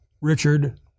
Richard